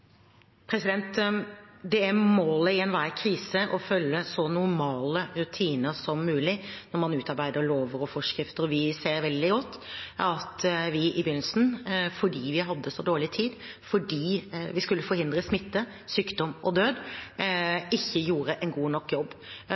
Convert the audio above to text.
Det er målet i enhver krise å følge så normale rutiner som mulig når man utarbeider lover og forskrifter, og vi ser veldig godt at vi i begynnelsen – fordi vi hadde så dårlig tid, fordi vi skulle forhindre smitte, sykdom og død – ikke gjorde en god nok jobb.